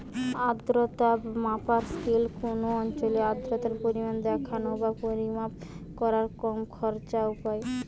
আর্দ্রতা মাপার স্কেল কুনো অঞ্চলের আর্দ্রতার পরিমাণ দিখানা বা পরিমাপ কোরার কম খরচের উপায়